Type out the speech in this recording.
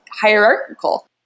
hierarchical